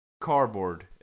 Cardboard